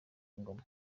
ngoma